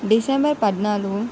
December పద్నాలుగు